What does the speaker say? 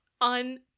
on